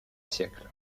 siècles